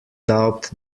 doubt